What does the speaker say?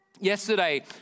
Yesterday